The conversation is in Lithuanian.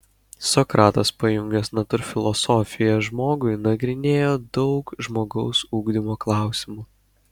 sokratas pajungęs natūrfilosofiją žmogui nagrinėjo daug žmogaus ugdymo klausimų